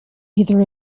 either